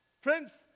Friends